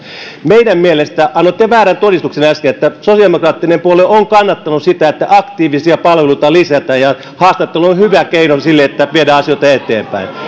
meidän mielestämme annoitte väärän todistuksen äsken sosiaalidemokraattinen puolue on kannattanut sitä että aktiivisia palveluita lisätään ja haastattelu on hyvä keino sille että viedään asioita eteenpäin